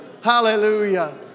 Hallelujah